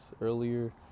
earlier